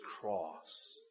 cross